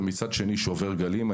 ומצד שני שובר גלים.